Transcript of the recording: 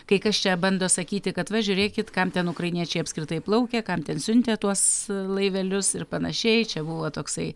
kai kas čia bando sakyti kad va žiūrėkit kam ten ukrainiečiai apskritai plaukė kam ten siuntė tuos laivelius ir panašiai čia buvo toksai